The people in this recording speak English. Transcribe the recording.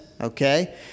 Okay